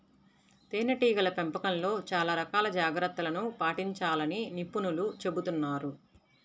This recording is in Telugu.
తేనెటీగల పెంపకంలో చాలా రకాల జాగ్రత్తలను పాటించాలని నిపుణులు చెబుతున్నారు